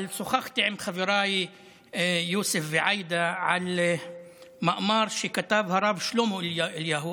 אבל שוחחתי עם חבריי יוסף ועאידה על מאמר שכתב הרב שלמה אליהו,